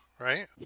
right